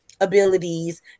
abilities